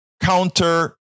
counter